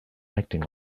acting